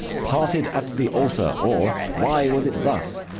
parted at the altar, or why was it thus?